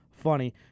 funny